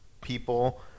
people